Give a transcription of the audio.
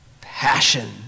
passion